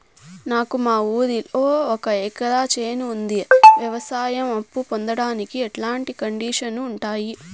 నాకు మా ఊరిలో ఒక ఎకరా చేను ఉంది, వ్యవసాయ అప్ఫు పొందడానికి ఎట్లాంటి కండిషన్లు ఉంటాయి?